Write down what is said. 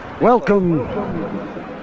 welcome